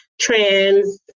trans